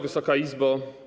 Wysoka Izbo!